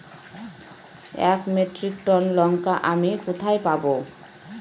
এক metric ton লঙ্কা আমি কোথায় পাবো?